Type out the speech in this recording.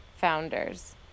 founders